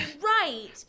Right